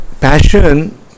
passion